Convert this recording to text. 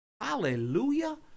Hallelujah